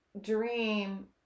dream